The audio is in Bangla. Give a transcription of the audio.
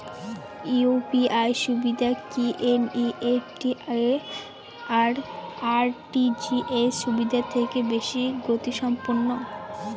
ইউ.পি.আই সুবিধা কি এন.ই.এফ.টি আর আর.টি.জি.এস সুবিধা থেকে বেশি গতিসম্পন্ন?